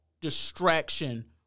distraction